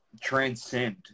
transcend